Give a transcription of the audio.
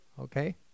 Okay